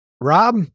Rob